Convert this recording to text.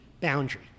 boundary